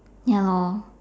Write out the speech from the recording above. ya lor